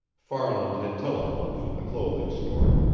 farland had telephoned from the clothing store,